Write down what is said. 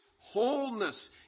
wholeness